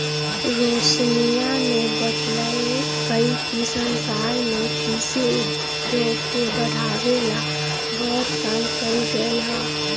रोशनीया ने बतल कई कि संसार में कृषि उद्योग के बढ़ावे ला बहुत काम कइल गयले है